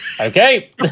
Okay